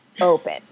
open